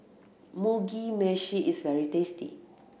Mugi Meshi is very tasty